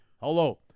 Hello